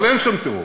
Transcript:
אבל אין שם טרור,